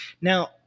Now